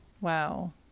Wow